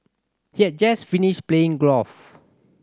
he had just finished playing golf